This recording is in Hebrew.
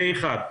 זה אחד.